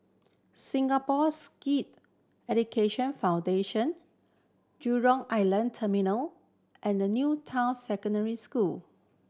Singapores Sikh Education Foundation Jurong Island Terminal and New Town Secondary School